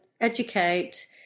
educate